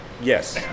Yes